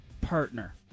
partner